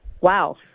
Wow